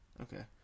Okay